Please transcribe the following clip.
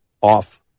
off